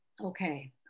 okay